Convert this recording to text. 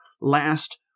last